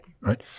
Right